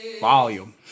Volume